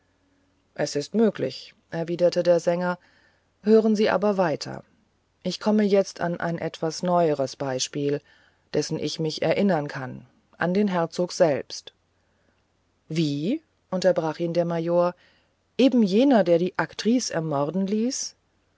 es ist möglich erwiderte der sänger hören sie aber weiter ich komme jetzt an ein etwas neueres beispiel dessen ich mich erinnern kann an den herzog selbst wie unterbrach ihn der major eben jener der die aktrice ermorden ließ